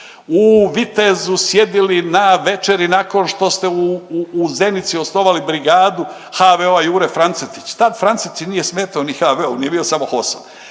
u Vitezu sjedili na večeri nakon što ste u Zenici osnovali brigadu HVO-a Jure Francetić“, tada Francetić nije smetao ni HVO-u on je bio samo HOS-a